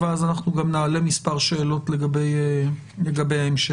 ואז נעלה מספר שאלות לגבי ההמשך.